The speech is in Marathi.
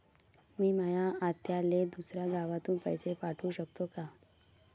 मी माया आत्याले दुसऱ्या गावातून पैसे पाठू शकतो का?